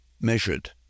measured